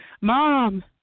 Mom